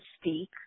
speak